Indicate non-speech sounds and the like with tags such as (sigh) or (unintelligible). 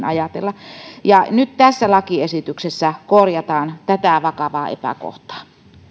(unintelligible) ajatella nyt tässä lakiesityksessä korjataan tätä vakavaa epäkohtaa